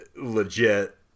legit